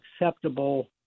acceptable